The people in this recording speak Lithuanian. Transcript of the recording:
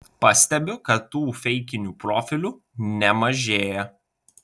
pastebiu kad tų feikinių profilių nemažėja